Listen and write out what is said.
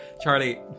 Charlie